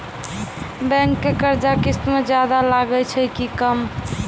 Bank के कर्जा किस्त मे ज्यादा लागै छै कि कम?